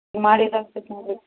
ಹಿಂಗ್ ಮಾಡಿ ಇದಾಗ್ತೈತಿ ನೋಡಿರಿ